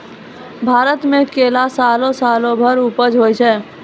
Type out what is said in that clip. भारत मे केला सालो सालो भर उपज होय छै